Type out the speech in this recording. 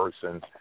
person